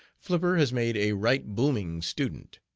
flipper has made a right booming student.